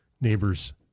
neighbors